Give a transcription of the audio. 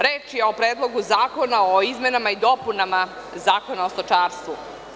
Reč je o Predlogu zakona o izmenama i dopunama Zakona o stočarstvu.